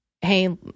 hey